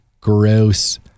gross